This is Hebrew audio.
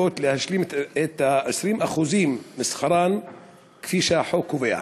להשלים את ה-20% משכרן כפי שהחוק קובע?